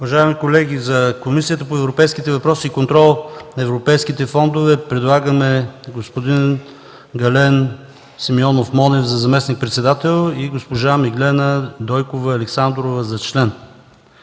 Уважаеми колеги, за Комисията по европейските въпроси и контрол на европейските фондове предлагаме господин Гален Симеонов Монев за заместник-председател и госпожа Миглена Дойкова Александрова за член.